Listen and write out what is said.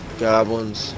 goblins